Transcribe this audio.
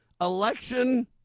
Election